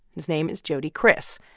his name is jody kriss.